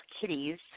kitties